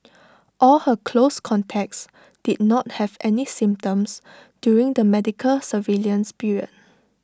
all her close contacts did not have any symptoms during the medical surveillance period